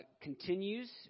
continues